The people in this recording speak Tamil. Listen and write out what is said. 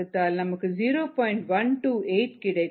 128 கிடைக்கும்